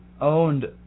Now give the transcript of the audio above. owned